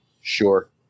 sure